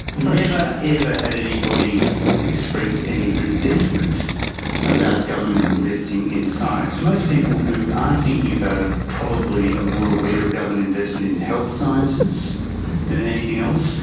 never, ever had anybody express any resentment about government investing in science. most people who aren't thinking about it probably are ah more aware of government investment in health sciences than anything else,